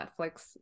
Netflix